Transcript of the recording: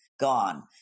gone